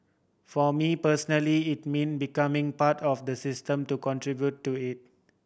for me personally it mean becoming part of the system to contribute to it